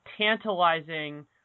tantalizing